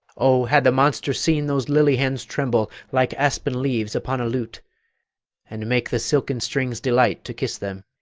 o, had the monster seen those lily hands tremble like aspen leaves upon a lute and make the silken strings delight to kiss them,